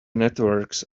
networks